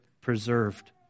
preserved